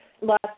last